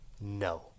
No